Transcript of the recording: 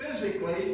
physically